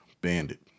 Bandit